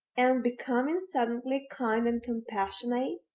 and becoming suddenly kind and compassionate,